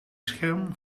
scherm